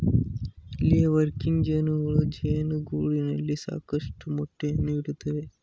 ಲೇ ವರ್ಕಿಂಗ್ ಜೇನುಗಳು ಜೇನುಗೂಡಿನಲ್ಲಿ ಸಾಕಷ್ಟು ಮೊಟ್ಟೆಯನ್ನು ಇಡುತ್ತವೆ